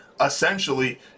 essentially